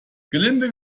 gelinde